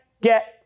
get